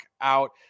out